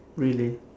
really